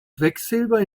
quecksilber